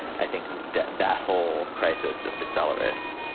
i think that that whole crisis just accelerates.